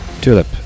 TULIP